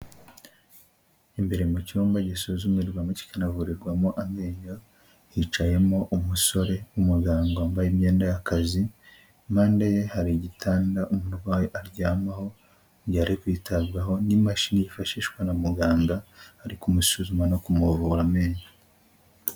Imbere mu cyumba gisuzumirwamo kikanavurirwamo amenyo, hicayemo umusore w'umuganga wambaye imyenda y'akazi, impande ye hari igitanda umurwayi aryamaho iyo ari kwitabwaho, n'imashini yifashishwa na muganga ari kumusuzuma no kumuvura amenyo.